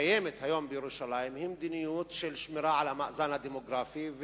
הקיימת היום בירושלים היא מדיניות של שמירה על המאזן הדמוגרפי,